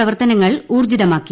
പ്രവർത്തനങ്ങൾ ഉൌർജ്ജിതമാക്കി